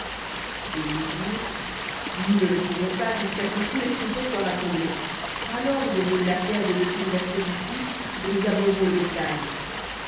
et ils dirent nous ne le pouvons pas jusqu'à ce que tous les troupeaux soient rassemblés alors on roule la pierre de dessus l'ouverture du puits et nous abreuvons le bétail